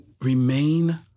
remain